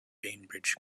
bainbridge